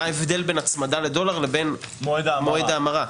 מה ההבדל בין הצמדה לדולר לבין מועד ההמרה?